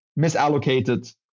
misallocated